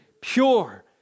pure